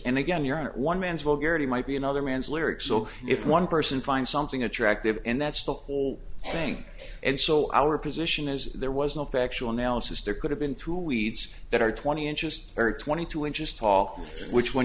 and again your honor one man's well garrity might be another man's lyric so if one person finds something attractive and that's the whole thing and so our position is there was no factual analysis there could have been two weeds that are twenty interest or twenty two inches tall which when